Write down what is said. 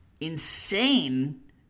insane